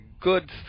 good